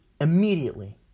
immediately